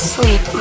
sleep